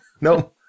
No